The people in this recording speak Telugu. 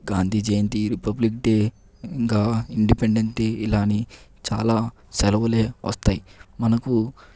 గాంధీ జయంతి రిపబ్లిక్ డే ఇంకా ఇండిపెండెన్స్ డే ఇలా అని చాలా సెలవులే వస్తాయి మనకు